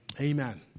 Amen